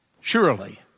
surely